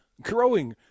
growing